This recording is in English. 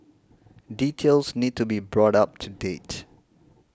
details need to be brought up to date